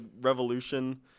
revolution